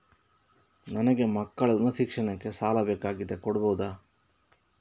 ನನಗೆ ಮಕ್ಕಳ ಉನ್ನತ ಶಿಕ್ಷಣಕ್ಕೆ ಸಾಲ ಬೇಕಾಗಿದೆ ಕೊಡಬಹುದ?